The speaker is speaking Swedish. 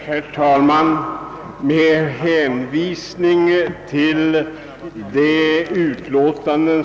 Herr talman! Med anledning av de remissyttranden.